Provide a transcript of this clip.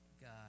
God